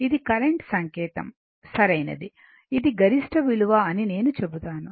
ఇది కరెంట్ సంకేతం సరైనది ఇది గరిష్ట విలువ అని నేను చెబుతాను